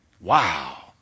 Wow